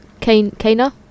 Kana